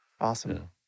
Awesome